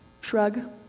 Shrug